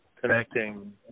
connecting